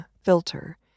filter